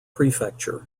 prefecture